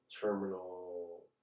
terminal